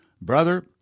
Brother